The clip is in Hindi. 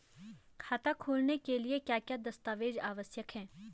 खाता खोलने के लिए क्या क्या दस्तावेज़ आवश्यक हैं?